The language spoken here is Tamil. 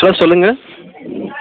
ஹலோ சொல்லுங்கள்